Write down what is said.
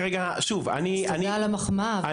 שוב, אני --- תודה על המחמאה, אבל...